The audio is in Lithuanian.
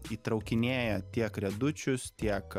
įtraukinėja tiek riedučius tiek